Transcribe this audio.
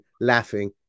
laughing